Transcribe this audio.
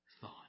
thought